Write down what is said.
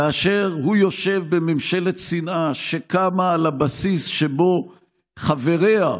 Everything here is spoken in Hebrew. כאשר הוא יושב בממשלת שנאה שקמה על הבסיס שבו חבריה,